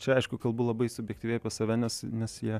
čia aišku kalbu labai subjektyviai apie save nes nes jie